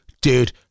dude